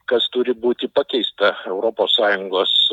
kas turi būti pakeista europos sąjungos